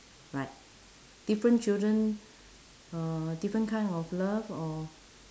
right different children uh different kind of love or